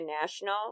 National